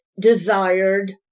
desired